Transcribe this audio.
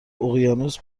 اقیانوس